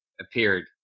appeared